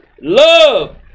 love